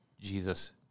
Jesus